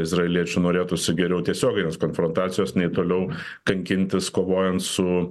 izraeliečių norėtųsi geriau tiesioginės konfrontacijos nei toliau kankintis kovojant su